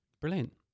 brilliant